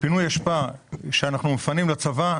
פינוי אשפה שאנחנו מפנים לצבא,